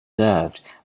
served